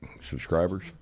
subscribers